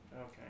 Okay